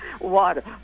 Water